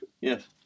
Yes